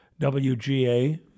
WGA